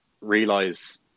realize